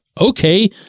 Okay